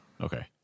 okay